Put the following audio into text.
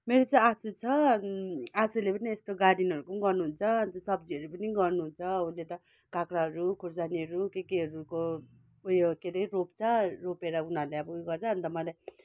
मेरो चाहिँ आसु छ आसुले पनि यस्तो गार्डनहरूको गर्नु हुन्छ अन्त सब्जीहरू पनि गर्नु हुन्छ उसले त काँक्राहरू खुर्सानीहरू के केहरूको उयो के हरे रोप्छ रोपेर उनीहरूले अब यो गर्छ अन्त मैले